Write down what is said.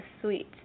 sweet